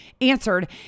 answered